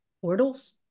portals